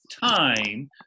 time